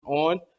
On